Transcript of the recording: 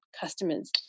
customers